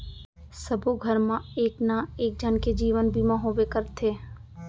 सबो घर मा एक ना एक झन के जीवन बीमा होबे करथे